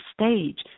stage –